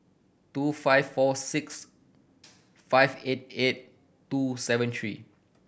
two five four six five eight eight two seven three